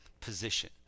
position